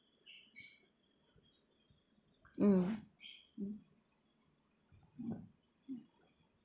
mm mm mm mm